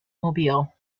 mobile